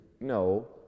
No